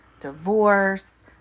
divorce